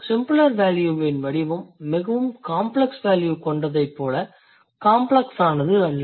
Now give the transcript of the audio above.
simpler வேல்யூவின் வடிவம் மிகவும் காம்ப்ளக்ஸ் வேல்யூ கொண்டதைப் போல காம்ப்ளக்ஸானது அல்ல